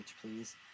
please